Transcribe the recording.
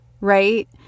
right